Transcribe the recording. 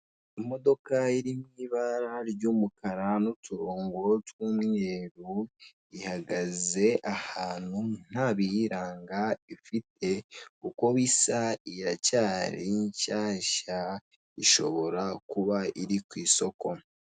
Imodoka iri m'ibara ry'umukara n'uturongo tw'umweru, ihagaze ahantu nta biyiranga ifite uko bisa iracyari nshyashya ishobora kuba iri ku isoko.